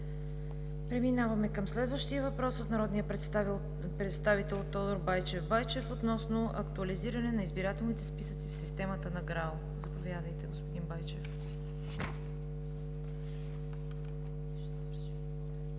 Преминаваме към следващия въпрос – от народния представител Тодор Байчев Байчев, относно актуализиране на избирателните списъци в системата на ГРАО. Заповядайте, господин Байчев.